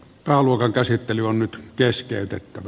pääluokan käsittely on nyt keskeytettävä